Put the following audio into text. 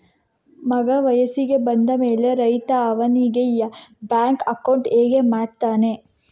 ಮಗ ವಯಸ್ಸಿಗೆ ಬಂದ ಮೇಲೆ ರೈತ ಅವನಿಗೆ ಬ್ಯಾಂಕ್ ಅಕೌಂಟ್ ಹೇಗೆ ಮಾಡ್ತಾನೆ?